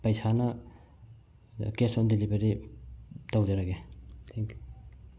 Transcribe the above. ꯄꯩꯁꯥꯅ cash on delivery ꯇꯧꯖꯔꯒꯦ ꯊꯦꯡꯀꯤꯌꯨ